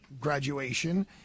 graduation